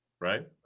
Right